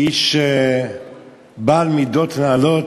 איש בעל מידות נעלות,